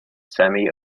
semi